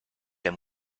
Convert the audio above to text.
der